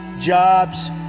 jobs